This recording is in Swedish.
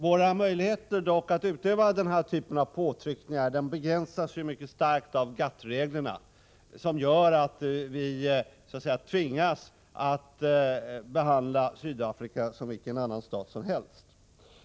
Våra möjligheter att utöva den här typen av påtryckningar begränsas dock mycket starkt av GATT-reglerna, som gör att vi tvingas att behandla Sydafrika som vilken annan stat som helst.